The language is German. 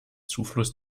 zufluss